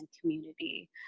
community